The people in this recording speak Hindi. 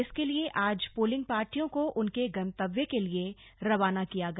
इसके लिए आज पोलिंग पार्टियों को उनके गंतव्य के लिए रवाना किया गया